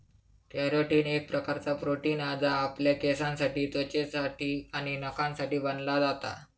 carotene एक प्रकारचा protein हा जा आपल्या केसांसाठी त्वचेसाठी आणि नखांसाठी बनला जाता